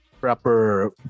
proper